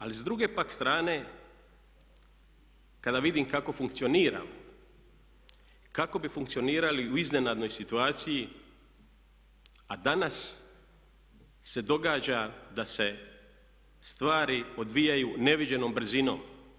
Ali s druge pak strane kada vidim kako funkcioniramo, kako bi funkcionirali u iznenadnoj situaciji a danas se događa da se stvari odvijaju neviđenom brzinom.